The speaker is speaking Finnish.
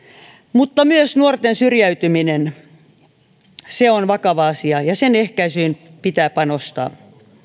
mutta myös nuorten syrjäytyminen on vakava asia ja sen ehkäisyyn pitää panostaa